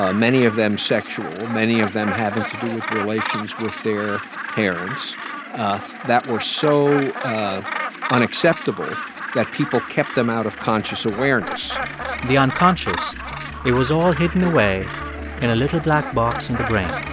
ah many of them sexual, many of them having to do with relations with their parents ah that were so unacceptable that people kept them out of conscious awareness the unconscious it was all hidden away in a little black box in the brain.